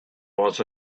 was